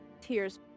tears